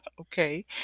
Okay